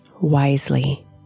wisely